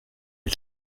est